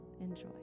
Enjoy